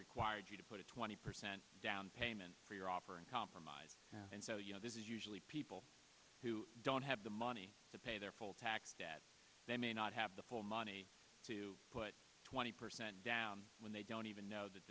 required you to put a twenty percent down payment for your offer and compromise and so you know this is usually people who don't have the money to pay their full tax that they may not have the full money to put twenty percent down when they don't even know th